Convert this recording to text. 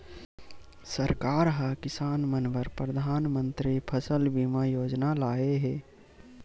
सरकार ह किसान मन बर परधानमंतरी फसल बीमा योजना लाए हे